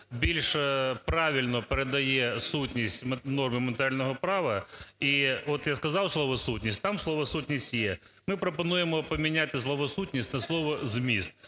більш правильно передає сутність норми матеріального права. І от я сказав слово "сутність", там слово "сутність" є. Ми пропонуємо поміняти слово "сутність" на слово "зміст".